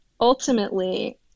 ultimately